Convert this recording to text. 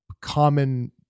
common